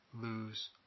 lose